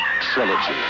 trilogy